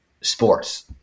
sports